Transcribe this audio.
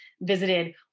visited